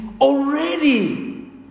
already